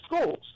schools